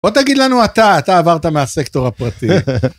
בוא תגיד לנו אתה, אתה עברת מהסקטור הפרטי.